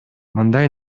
мындай